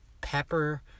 pepper